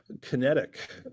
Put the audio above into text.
kinetic